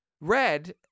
Red